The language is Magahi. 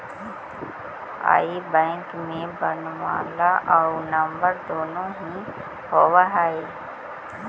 आई बैन में वर्णमाला आउ नंबर दुनो ही होवऽ हइ